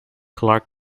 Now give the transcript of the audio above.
clark